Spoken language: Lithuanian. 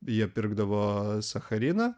jie pirkdavo sachariną